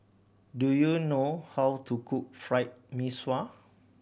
do you know how to cook Fried Mee Sua